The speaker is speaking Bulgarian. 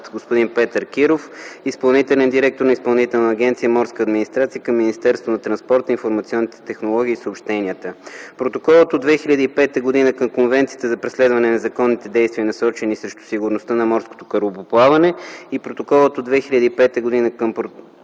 господин Петър Киров – изпълнителен директор на Изпълнителна агенция „Морска администрация” към Министерство на транспорта, информационните технологии и съобщенията. Протоколът от 2005 г. към Конвенцията за преследване на незаконните действия, насочени срещу сигурността на морското корабоплаване и Протоколът от 2005 г. към